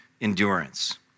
endurance